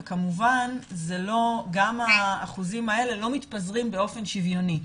וכמובן גם האחוזים האלה לא מתפזרים באופן שוויוני,